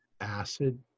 acid